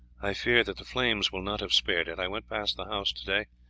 i fear that the flames will not have spared it. i went past the house to-day,